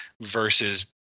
versus